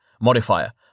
modifier